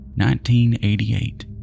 1988